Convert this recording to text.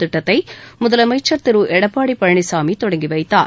திட்டத்தை முதலமைச்சர் திரு ளடப்பாடி பழனிசாமி தொடங்கி வைத்தார்